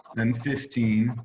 then fifteen,